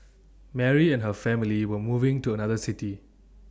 Mary and her family were moving to another city